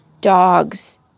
dogs